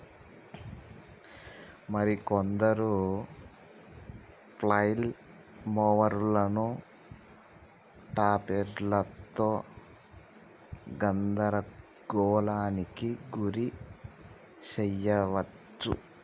మరి కొందరు ఫ్లైల్ మోవరులను టాపెర్లతో గందరగోళానికి గురి శెయ్యవచ్చు